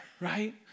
right